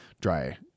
dry